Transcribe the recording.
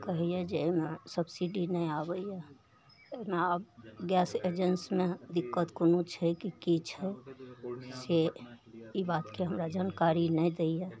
कहैए जे एहिमे सब्सिडी नहि आबैए एहिठाम आब गैस एजेन्सीमे दिक्कत कोनो छै कि कि छै से ई बातके हमरा जानकारी नहि दैए